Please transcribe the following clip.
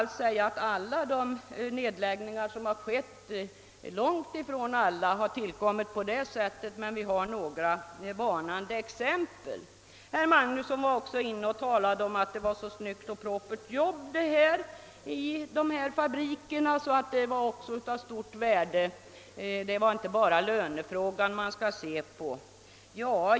Långt ifrån alla ned läggningar har varit av detta slag men det finns några varnande exempel. Herr Magnusson sade också att det är så snyggt och propert arbete i de här fabrikerna och man skulle, menade han, inte bara se på lönefrågan.